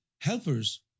helpers